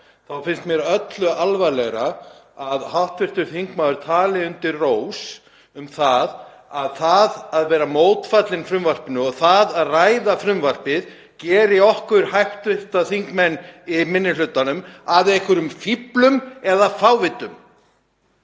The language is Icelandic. þá finnst mér öllu alvarlegra að hv. þingmaður tali undir rós um að það að vera mótfallin frumvarpinu og það að ræða frumvarpið geri okkur hv. þingmenn í minni hlutanum að einhverjum fíflum eða fávitum.